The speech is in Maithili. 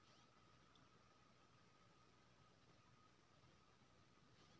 ताग प्राकृतिक आ रासायनिक मैटीरियल सँ सेहो बनाएल जाइ छै